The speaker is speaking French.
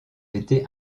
été